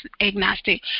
agnostic